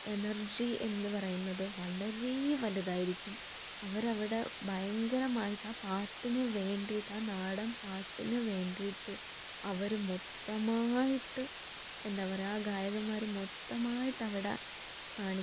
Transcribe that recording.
energy എന്ന് പറയുന്നത് വളരെ വലുതായിരിക്കും അവരവിടെ ഭയങ്കരമായിട്ട് ആ പാട്ടിന് വേണ്ടിയിട്ട് ആ നാടൻ പാട്ടിന് വേണ്ടിയിട്ട് അവർ മൊത്തമായിട്ട് എന്താണ് പറയുക ആ ഗായകന്മാർ മൊത്തമായിട്ടവിടെ കാണിക്കും